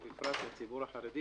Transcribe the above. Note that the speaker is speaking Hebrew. ובפרט לציבור החרדי